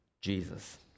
Jesus